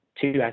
two